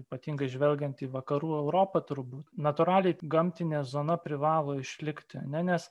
ypatingai žvelgiant į vakarų europą turbūt natūraliai gamtinė zona privalo išlikti ne nes